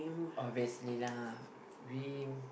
obviously lah we